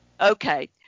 Okay